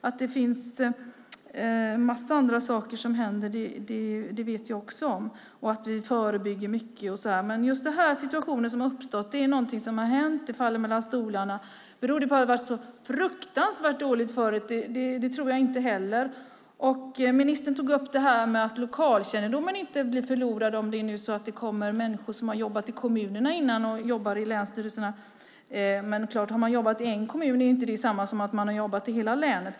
Att det händer en massa andra saker vet jag också och att vi förebygger mycket, men just den här situationen som har uppstått är någonting som har hänt. Att det faktum att det faller mellan stolarna beror på att det har varit så fruktansvärt dåligt förut tror jag inte heller. Ministern tog upp att lokalkännedomen inte går förlorad om det kommer människor som har jobbat i kommunerna innan och jobbar i länsstyrelserna. Men har man jobbat i en kommun är det helt klart inte detsamma som att man har jobbat i hela länet.